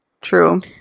True